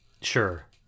Sure